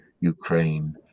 ukraine